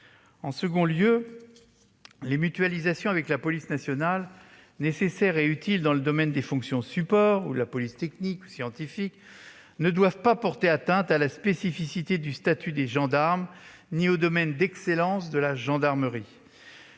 les gendarmes. Les mutualisations avec la police nationale, qui sont nécessaires et utiles dans le domaine des fonctions de support ou de la police technique et scientifique, ne doivent pas porter atteinte à la spécificité du statut des gendarmes ni aux domaines d'excellence de la gendarmerie.